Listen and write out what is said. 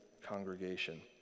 congregation